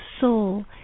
soul